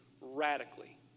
radically